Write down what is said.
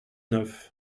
neuf